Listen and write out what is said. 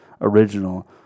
original